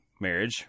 marriage